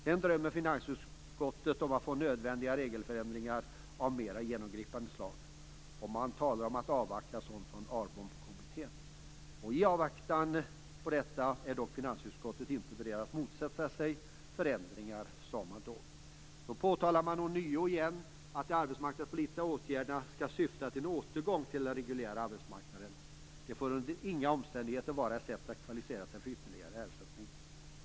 Sedan drömmer finansutskottet om nödvändiga regelförändringar av mera genomgripande slag. Man talar om att avvakta sådana från ARBOM-kommittén. I avvaktan på dessa är dock finansutskottet inte berett att motsätta sig förändringar. Man påtalar ånyo att de arbetsmarknadspolitiska åtgärderna skall syfta till en återgång till den reguljära arbetsmarknaden. Det får under inga omständigheter vara ett sätt att kvalificera sig för ytterligare ersättning.